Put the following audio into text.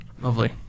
Lovely